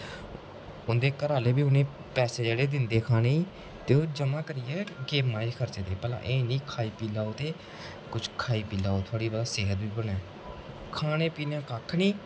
उं'दे घरा आह्ले बी उ'नेंगी पेसे जेह्डे़ दिंदे खाने गी ते ओह् जमा करियै गेमां च खर्चदे भला ऐ नेईं कि खाई पी लैओ ते किश खाई पी लैओ थोह्ड़ी बहुत सेह्त बी बने खाना पीना कक्ख नेईं